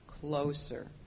closer